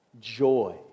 joy